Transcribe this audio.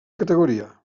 categoria